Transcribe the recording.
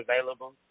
available